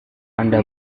anda